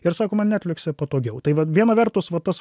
ir sako man netflikse patogiau tai va viena vertus va tas